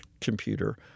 computer